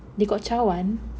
they got cawan